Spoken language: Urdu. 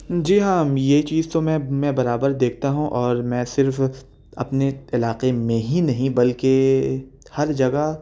جی ہاں یہ چیز تو میں میں برابر دیکھتا ہوں اور میں صرف اپنے علاقے میں ہی نہیں بلکہ ہر جگہ